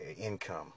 income